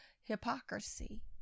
hypocrisy